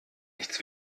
nichts